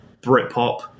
Britpop